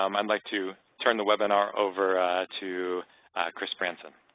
um i'd like to turn the webinar over to chris branson.